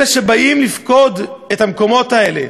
אלה שבאים לפקוד את המקומות האלה,